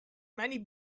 many